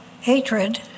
hatred